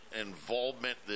involvement